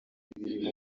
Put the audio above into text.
irimo